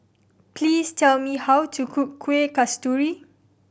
please tell me how to cook Kueh Kasturi